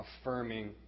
affirming